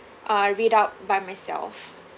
uh read up by myself